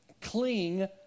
cling